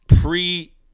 pre